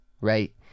right